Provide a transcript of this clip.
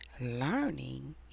Learning